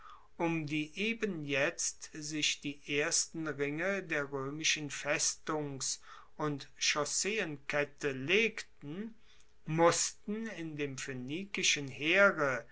um die eben jetzt sich die ersten ringe der roemischen festungs und chausseenkette legten mussten in dem phoenikischen heere